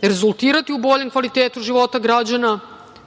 rezultirati u boljem kvalitetu života građana,